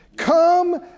Come